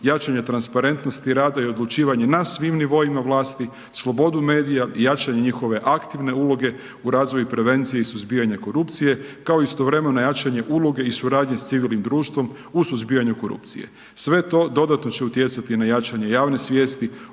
jačanje transparentnosti i rada i odlučivanje na svim nivoima vlasti, slobodu medija i jačanje njihove aktivne uloge, u razvoj i prevenciji suzbijanja korupcije, kao i istovremeno jačanje uloge i suradnji s civilnim društvom u suzbijanju korupcije. Sve to dodatno će utjecati na jačanje javne svijesti,